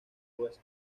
huesca